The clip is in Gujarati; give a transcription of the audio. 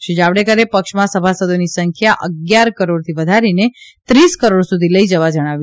શ્રી જાવડેકરે પક્ષમાં સભાસદોની સંખ્યા અગીયાર કરોડથી વધારીને ત્રીસ કરોડ સુધી લઈ જવા જણાવ્યું